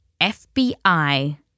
FBI